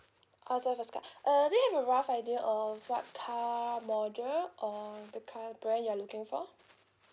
ah so first car uh do you have a rough idea of what car model or the car brand you are looking for